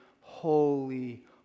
holy